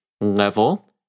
level